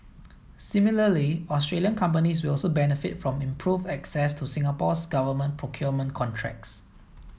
similarly Australian companies will also benefit from improved access to Singapore's government procurement contracts